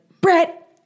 Brett